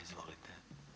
Izvolite.